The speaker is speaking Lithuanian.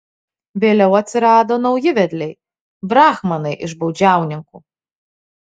vėliau atsirado nauji vedliai brahmanai iš baudžiauninkų